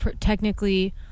Technically